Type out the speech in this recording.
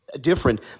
Different